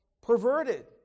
perverted